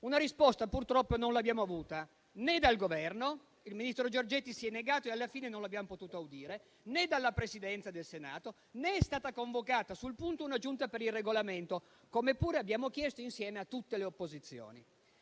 Una risposta purtroppo non l'abbiamo avuta né dal Governo - il ministro Giorgetti si è negato e alla fine non l'abbiamo potuto audire - né dalla Presidenza del Senato, né è stata convocata sul punto la Giunta per il Regolamento, come pure abbiamo chiesto insieme a tutte le opposizioni.